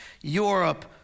Europe